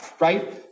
right